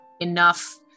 enough